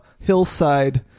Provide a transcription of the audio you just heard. hillside